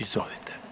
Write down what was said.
Izvolite.